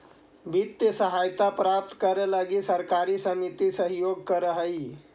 वित्तीय सहायता प्राप्त करे लगी सहकारी समिति सहयोग करऽ हइ